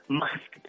mask